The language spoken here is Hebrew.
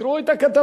תקראו את הכתבה,